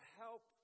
help